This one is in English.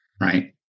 right